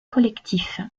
collectifs